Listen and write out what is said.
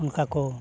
ᱚᱱᱠᱟ ᱠᱚ